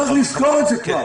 צריך לזכור את זה כבר.